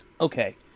Okay